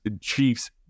Chiefs